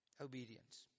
Obedience